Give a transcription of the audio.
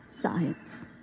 Science